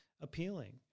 appealing